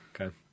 Okay